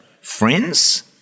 friends